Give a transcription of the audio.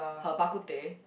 her bak-kut-teh